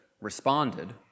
responded